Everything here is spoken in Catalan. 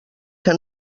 que